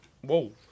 Whoa